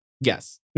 Yes